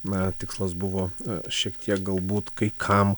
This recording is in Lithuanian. na tikslas buvo šiek tiek galbūt kai kam